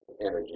energy